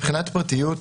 מבחינת הפרטיות,